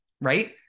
right